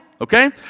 Okay